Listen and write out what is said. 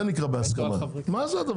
מה זה?